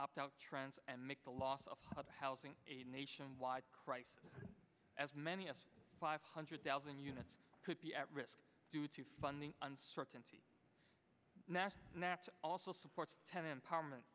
opt out trends and make the loss of hud housing a nationwide crisis as many as five hundred thousand units could be at risk due to funding uncertainty national natural also supports ten empowerment